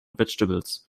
vegetables